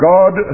God